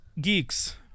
geeks